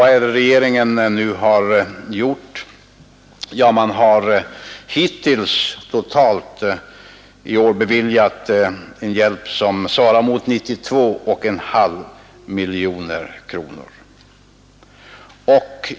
Vad har då regeringen nu gjort? Jo, den har hittills i år beviljat en hjälp som uppgår till totalt 92,5 miljoner kronor.